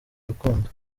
urukundo